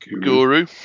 guru